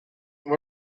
what